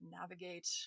navigate